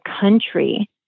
country